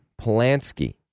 Polanski